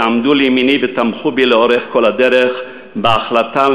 שעמדו לימיני ותמכו בי לאורך כל הדרך בהחלטה על